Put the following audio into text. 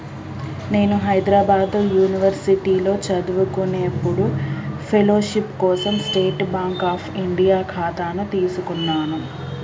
నేను హైద్రాబాద్ యునివర్సిటీలో చదువుకునేప్పుడు ఫెలోషిప్ కోసం స్టేట్ బాంక్ అఫ్ ఇండియా ఖాతాను తీసుకున్నాను